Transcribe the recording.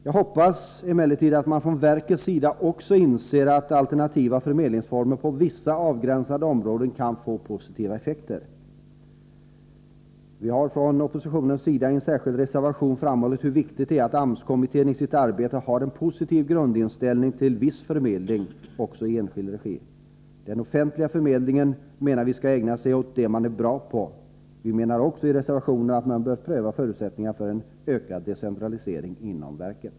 Jag hoppas emellertid att man från verkets sida också inser att alternativa förmedlingsformer på vissa avgränsade områden kan få positiva effekter. Vi har från oppositionens sida i en särskild reservation framhållit hur viktigt det är att AMS-kommittén i sitt arbete har en positiv grundinställning till viss förmedling också i enskild regi. Den offentliga förmedlingen skall, menar vi, ägna sig åt det man är bra på. Vi menar också i reservationen att man bör pröva förutsättningarna för en ökad decentralisering inom verket.